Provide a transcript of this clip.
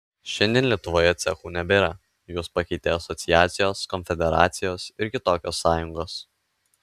šiandien lietuvoje cechų nebėra juos pakeitė asociacijos konfederacijos ir kitokios sąjungos